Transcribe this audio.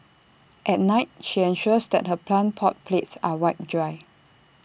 at night she ensures that her plant pot plates are wiped dry